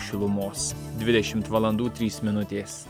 šilumos dvidešim valandų trys minutės